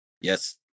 Yes